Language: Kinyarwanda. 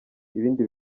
ibindi